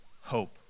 hope